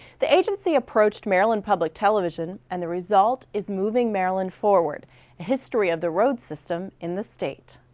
the agency approached maryland public television and the result is moving maryland forward, a history of the roads system in the state.